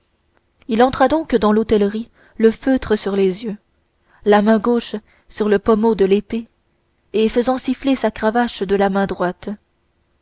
il entra donc dans l'hôtellerie le feutre sur les yeux la main gauche sur le pommeau de l'épée et faisant siffler sa cravache de la main droite